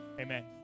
amen